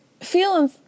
feeling